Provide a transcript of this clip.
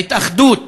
ההתאחדות?